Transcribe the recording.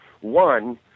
One